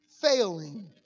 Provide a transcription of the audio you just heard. failing